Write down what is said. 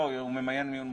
לא, הוא ממיין מיון מוקדם.